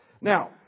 Now